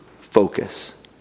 focus